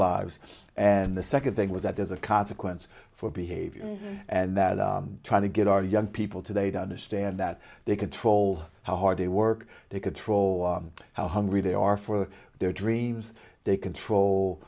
lives and the second thing was that there's a consequence for behavior and that trying to get our young people today to understand that they control how hard they work to control how hungry they are for their dreams they control